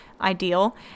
ideal